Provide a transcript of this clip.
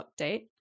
update